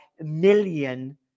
million